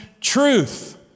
truth